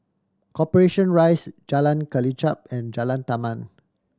Corporation Rise Jalan Kelichap and Jalan Taman